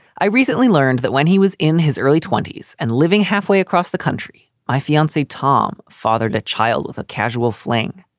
i recently learned that when he was in his early twenty s and living halfway across the country, my fiancee tom fathered a child with a casual fling.